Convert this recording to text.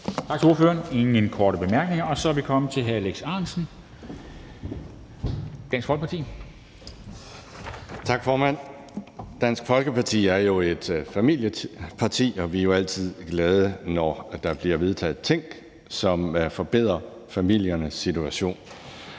Tak til ordføreren. Der er ingen korte bemærkninger, og så er vi kommet til hr. Alex Ahrendtsen, Dansk Folkeparti. Kl. 10:20 (Ordfører) Alex Ahrendtsen (DF): Tak, formand. Dansk Folkeparti er jo et familieparti, og vi er altid glade, når der bliver vedtaget ting, som forbedrer familiernes situation.